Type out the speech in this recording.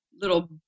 little